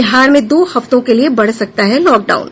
बिहार में दो हफ्तों के लिये बढ़ सकता है लॉकडाउन